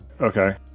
Okay